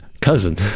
cousin